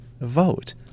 vote